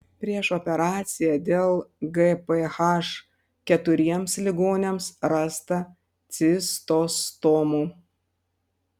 prieš operaciją dėl gph keturiems ligoniams rasta cistostomų